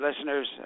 listeners